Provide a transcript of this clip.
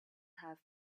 have